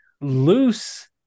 loose